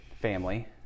family